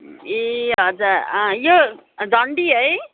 ए हजुर यो झन्डी है